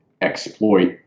exploit